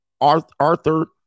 Arthur